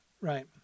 right